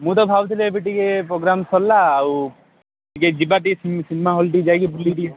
ମୁଁ ତ ଭାବୁଥିଲି ଏବେ ଟିକେ ପ୍ରୋଗ୍ରାମ୍ ସରଲା ଆଉ ଟିକେ ଯିବା ଟିକେ ସିନେମା ହଲ୍ ଟିକେ ଯାଇକି ବୁଲିକି